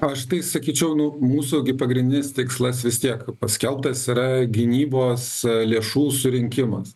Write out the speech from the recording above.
aš tai sakyčiau nu mūsų gi pagrindinis tikslas vis tiek paskelbtas yra gynybos lėšų surinkimas